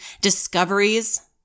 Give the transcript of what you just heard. discoveries